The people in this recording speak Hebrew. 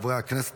חברי הכנסת,